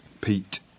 Pete